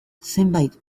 zenbait